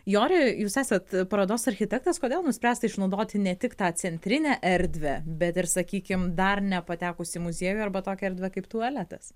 jori jūs esat parodos architektas kodėl nuspręsta išnaudoti ne tik tą centrinę erdvę bet ir sakykim dar nepatekus į muziejų arba tokią erdvę kaip tualetas